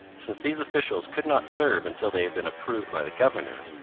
since these officials could not serve until they had been approved by the governor,